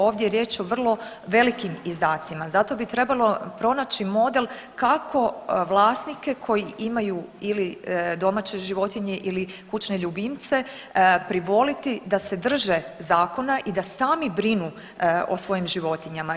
Ovdje je riječ o vrlo velikim izdacima zato bi trebalo pronaći model kako vlasnike koji imaju ili domaće životinje ili kućne ljubimce privoliti da se drže zakona i da sami brinu o svojim životinjama.